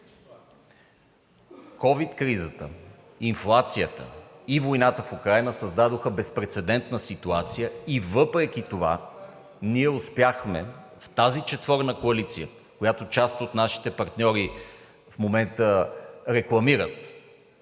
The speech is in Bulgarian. ковид кризата, инфлацията и войната в Украйна създадоха безпрецедентна ситуация и въпреки това ние успяхме в тази четворна коалиция, която част от нашите партньори в момента рекламират